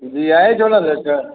जी आए झोला लेकर